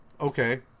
okay